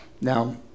Now